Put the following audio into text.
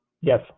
Yes